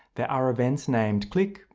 there are events named click,